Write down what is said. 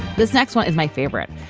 this next one is my favorite.